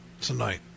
tonight